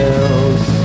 else